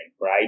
right